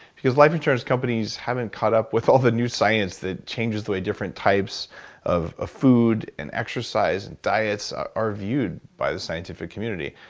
because life insurance companies haven't caught up with all the new science that changes the way different types of ah food and exercise and diets are viewed by the scientific community.